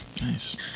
Nice